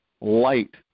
light